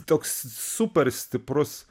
toks super stiprus